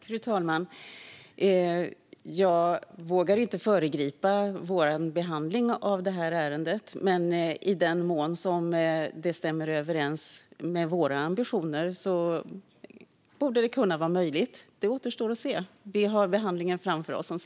Fru talman! Jag vågar inte föregripa vår behandling av det här ärendet. Men i den mån det stämmer överens med våra ambitioner borde det kunna vara möjligt. Det återstår att se. Vi har behandlingen framför oss.